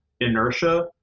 inertia